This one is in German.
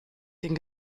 den